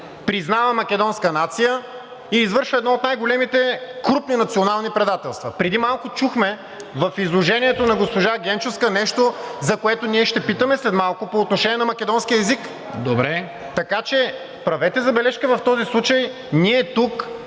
признава македонска нация и извършва едно от най-големите крупни национални предателства. Преди малко чухме в изложението на госпожа Генчовска нещо, за което ние ще питаме след малко по отношение на македонския език. ПРЕДСЕДАТЕЛ НИКОЛА